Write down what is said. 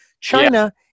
China